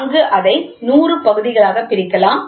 அங்கு அதை 100 பகுதிகளாக பிரிக்கலாம்